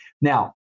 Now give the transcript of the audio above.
Now